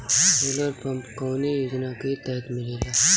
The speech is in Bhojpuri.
सोलर पम्प कौने योजना के तहत मिलेला?